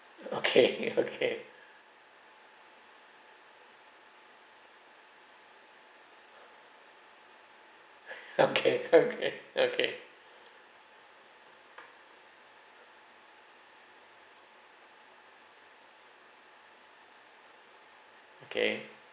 okay okay okay okay okay okay